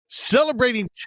Celebrating